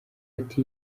ati